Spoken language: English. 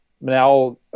Now